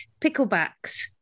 Picklebacks